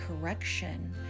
correction